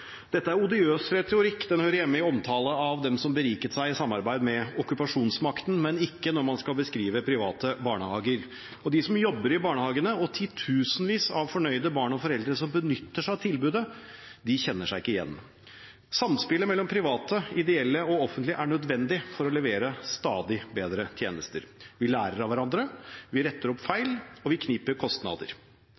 Dette er odiøs retorikk – den hører hjemme i omtale av dem som beriket seg i samarbeid med okkupasjonsmakten, men ikke når man skal beskrive private barnehager. De som jobber i barnehagene, og titusenvis av fornøyde barn og foreldre som benytter seg av tilbudet, kjenner seg ikke igjen. Samspillet mellom private, ideelle og offentlige er nødvendig for å levere stadig bedre tjenester. Vi lærer av hverandre, vi retter opp